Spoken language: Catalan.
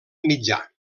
mitjà